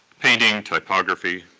painting, typography,